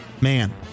man